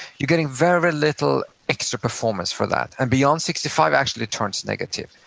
you're getting very little extra performance for that, and beyond sixty five actually turns negative.